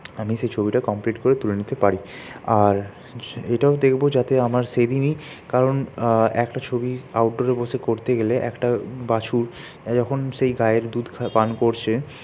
আমি সেই ছবিটা কমপ্লিট করে তুলে নিতে পারি আর এটাও দেখব যাতে আমার সেদিনই কারণ একটা ছবি আউটডোরে বসে করতে গেলে একটা বাছুর যখন সেই গাইয়ের দুধ পাণ করছে